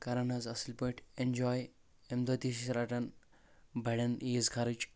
کران حظ اصٕلۍ پٲٹھۍ ایٚنجاے امہِ دۄہ تہِ چھِ رٹان بڑٮ۪ن عیٖز خرٕچ